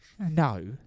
No